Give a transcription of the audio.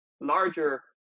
larger